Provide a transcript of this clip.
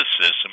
system